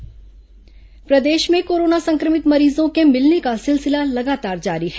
corona मरीज प्रदेश में कोरोना संक्रमित मरीजों के मिलने का सिलसिला लगातार जारी है